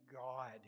God